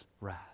wrath